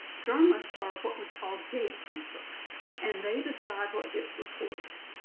journalists are what we call gatekeepers and they decide what gets reported.